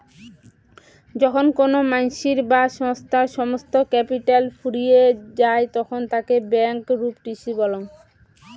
যখন কোনো মানসির বা সংস্থার সমস্ত ক্যাপিটাল ফুরিয়ে যায় তখন তাকে ব্যাংকরূপটিসি বলং